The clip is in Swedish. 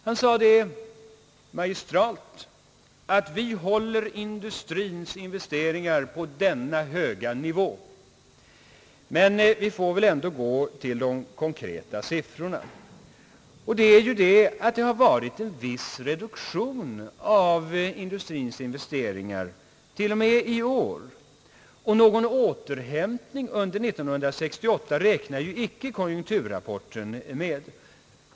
Han sade magistralt, att »vi håller industrins investeringar på denna höga nivå», men vi får väl ändå gå till de konkreta siffrorna. Det förhåller sig ju så, att det förekommit en viss reduktion av industrins investeringar t.o.m. i år, och någon återhämtning under 1968 räknar ju icke konjunkturrapporten med.